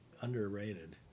Underrated